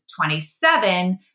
27